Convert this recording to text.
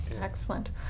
Excellent